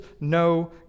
no